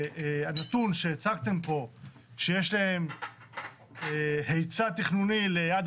הנתון שהצגתם כאן שיש להם היצע תכנוני עד